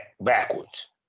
backwards